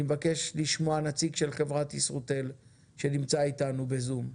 אני מבקש לשמוע נציג של חברת ישרוטל שנמצא איתנו בזום.